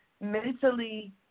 mentally –